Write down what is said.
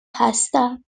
هستم